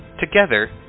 Together